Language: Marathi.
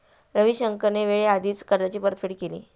रविशंकरने वेळेआधीच कर्जाची परतफेड केली